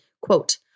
Quote